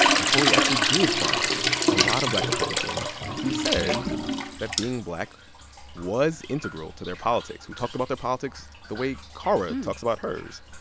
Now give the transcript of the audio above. and corey actually did find a lot of black republicans who said that being black was integral to their politics, who talked about their politics the way kara talks about hers.